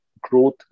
growth